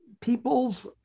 people's